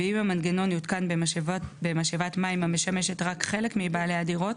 ואם המנגנון יותקן במשאבת מים המשמשת רק חלק מבעלי הדירות